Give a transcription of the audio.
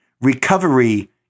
Recovery